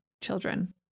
children